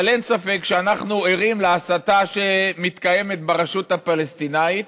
אין ספק שאנחנו ערים להסתה שמתקיימת ברשות הפלסטינית.